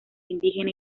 indígena